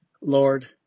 Lord